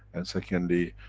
and secondly,